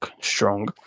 strong